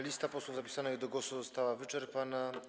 Lista posłów zapisanych do głosu została wyczerpana.